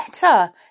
better